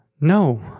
no